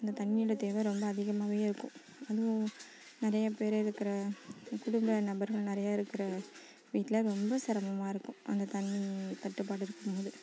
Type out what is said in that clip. இந்த தண்ணியோட தேவை ரொம்ப அதிகமாகவே இருக்கும் அதுவும் நிறைய பேர் இருக்கிற குடும்ப நபர்கள் நிறையா இருக்கிற வீட்டில் ரொம்ப சிரமமாக இருக்கும் அந்த தண்ணி தட்டுப்பாடு இருக்கும்போது